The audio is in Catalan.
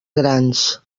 grans